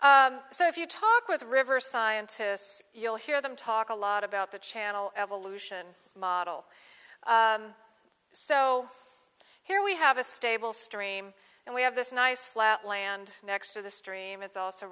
infrastructure so if you talk with river scientists you'll hear them talk a lot about the channel evolution model so here we have a stable stream and we have this nice flat land next to the stream it's also